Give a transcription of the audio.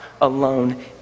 alone